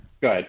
Good